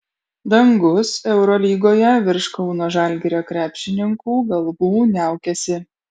dangus eurolygoje virš kauno žalgirio krepšininkų galvų niaukiasi